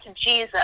Jesus